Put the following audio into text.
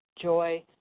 joy